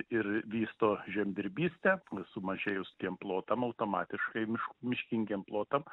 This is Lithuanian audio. ir vysto žemdirbystę sumažėjus tiem plotam automatiškai miš miškingiem plotam